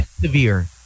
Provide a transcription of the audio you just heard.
severe